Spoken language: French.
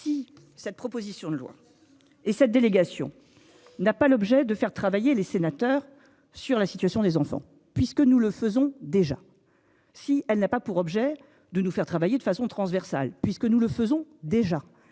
si cette proposition de loi et cette délégation n'a pas l'objet de faire travailler les sénateurs sur la situation des enfants puisque nous le faisons déjà si elle n'a pas pour objet de nous faire travailler de façon transversale puisque nous le faisons déjà,